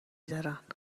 دارند